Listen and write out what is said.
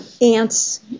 Ants